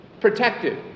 protected